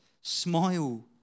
smile